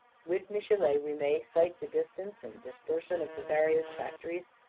with michelet we may cite the distance and dispersion of the various factories,